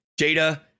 Jada